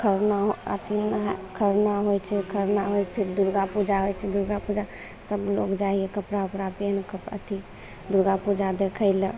खरना अथी खरना होइ छै खरना होइ फिर दुर्गा पूजा होइ छै दुर्गा पूजा सबलोग जाइ हइ कपड़ा उपड़ा पेन्हके अथी दुर्गा पूजा देखय लए